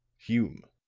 hume.